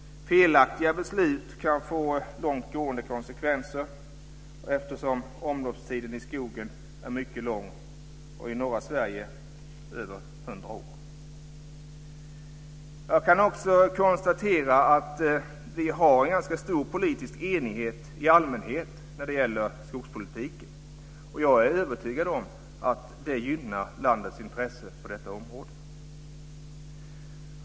Felaktiga beslut kan få långtgående konsekvenser eftersom omloppstiden i skogen är mycket lång - i norra Sverige över 100 år. Jag kan konstatera att vi har en ganska stor politisk enlighet i allmänhet när det gäller skogspolitiken. Jag är övertygad om att det gynnar landets intressen på detta område.